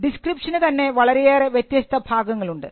ഡിസ്ക്രിപ്ഷന് തന്നെ വളരെയേറെ വ്യത്യസ്ത ഭാഗങ്ങളുണ്ട്